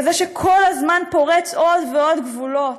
לכזה שכל הזמן פורץ עוד ועוד גבולות,